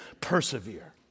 persevere